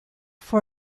for